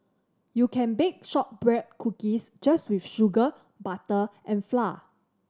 you can bake shortbread cookies just with sugar butter and flour